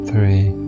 Three